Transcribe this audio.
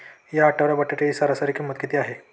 या आठवड्यात बटाट्याची सरासरी किंमत किती आहे?